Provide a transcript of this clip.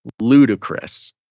ludicrous